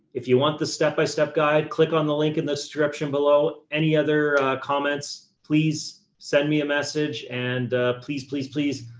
if you want the step by step guide, click on the link in this description below. any other comments, please send me a message. and please, please, please.